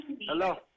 Hello